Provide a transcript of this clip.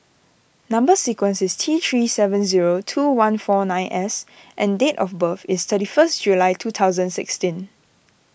Number Sequence is T three seven zero two one four nine S and date of birth is thirty first July two thousand sixteen